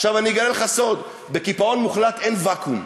אגלה לך סוד: בקיפאון מוחלט אין ואקום.